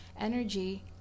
energy